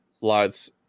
lights